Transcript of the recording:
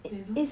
they don't look